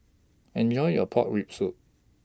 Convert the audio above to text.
Enjoy your Pork Rib Soup